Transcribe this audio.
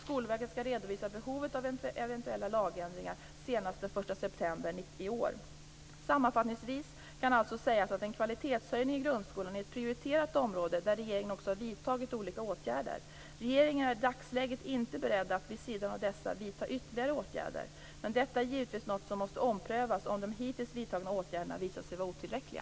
Skolverket skall redovisa behovet av eventuella lagändringar senast dem 1 september i år. Sammanfattningsvis kan alltså sägas att en kvalitetshöjning i grundskolan är ett prioriterat område, där regeringen också har vidtagit olika åtgärder. Regeringen är i dagsläget inte beredd att, vid sidan av dessa, vidta ytterligare åtgärder. Detta är givetvis något som måste omprövas om de hittills vidtagna åtgärderna visar sig vara otillräckliga.